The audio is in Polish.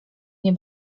nie